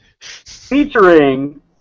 Featuring